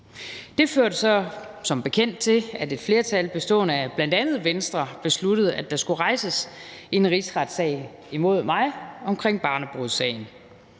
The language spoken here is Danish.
Det førte så som bekendt til, at et flertal bestående af bl.a. Venstre besluttede, at der skulle rejses en rigsretssag imod mig omkring barnebrudssagen.